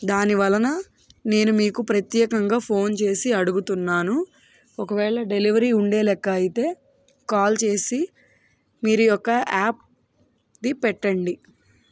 దాని వలన నేను మీకు ప్రత్యేకంగా ఫోన్ చేసి అడుగుతున్నాను ఒకవేళ డెలివరీ ఉండేలెక్క అయితే కాల్ చేసి మీరు యొక్క యాప్ది పెట్టండి